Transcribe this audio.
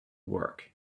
work